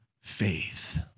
faith